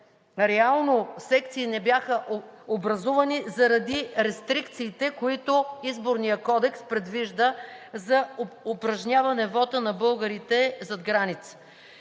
Реално секции не бяха образувани заради рестрикциите, които Изборният кодекс предвижда за упражняване вота на българите зад граница.